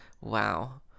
Wow